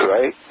Right